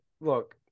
look